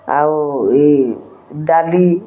ଆଉ ଇ ଡାଲି